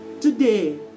today